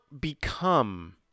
become